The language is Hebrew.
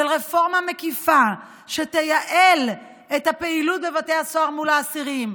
של רפורמה מקיפה שתייעל את הפעילות בבתי הסוהר מול האסירים,